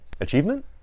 achievement